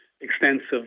extensive